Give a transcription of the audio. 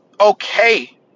okay